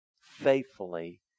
faithfully